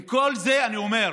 עם כל זה אני אומר: